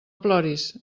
ploris